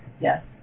yes